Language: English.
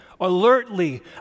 alertly